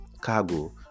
cargo